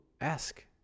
ask